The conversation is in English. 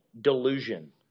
Delusion